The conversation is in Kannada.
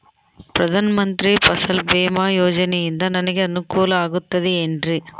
ಪ್ರಧಾನ ಮಂತ್ರಿ ಫಸಲ್ ಭೇಮಾ ಯೋಜನೆಯಿಂದ ನನಗೆ ಅನುಕೂಲ ಆಗುತ್ತದೆ ಎನ್ರಿ?